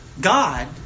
God